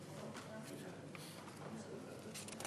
חברת הכנסת ציפי לבני תברך את חברת הכנסת קסניה